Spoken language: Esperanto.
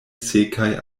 sekaj